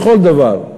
בכל דבר,